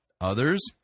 Others